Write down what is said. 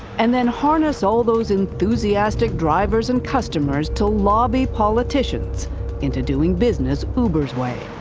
and then harness all those enthusiastic drivers and customers to lobby politicians into doing business uber's way.